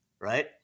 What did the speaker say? right